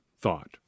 thought